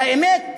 והאמת,